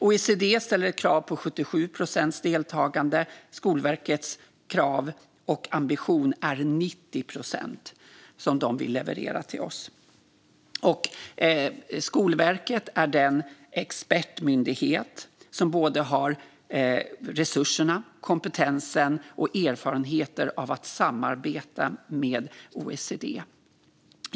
OECD ställer ett krav på 77 procents deltagande; Skolverkets krav och ambition är 90 procent som de vill leverera till oss. Skolverket är den expertmyndighet som både har resurserna, kompetensen och erfarenheter av att samarbeta med OECD.